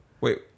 Wait